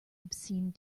obscene